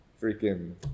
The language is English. Freaking